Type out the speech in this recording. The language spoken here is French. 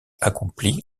accompli